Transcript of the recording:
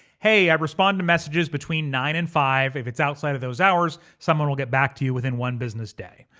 hey, i respond to messages between nine and five. if it's outside of those hours, someone will get back to you within one one business day.